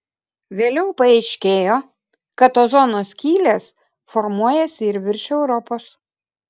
vėliau paaiškėjo kad ozono skylės formuojasi ir virš europos